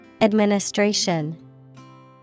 Administration